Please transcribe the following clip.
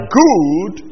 good